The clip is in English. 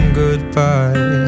goodbye